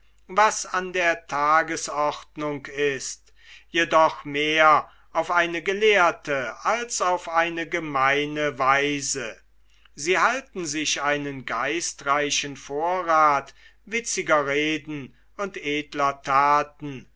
was an der tagesordnung ist jedoch mehr auf eine gelehrte als auf eine gemeine weise sie halten sich einen geistreichen vorrath witziger reden und edler thaten